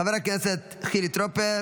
חבר הכנסת חילי טרופר,